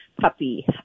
puppy